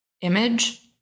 image